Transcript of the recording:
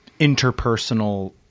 interpersonal